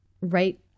right